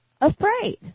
afraid